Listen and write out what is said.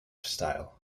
style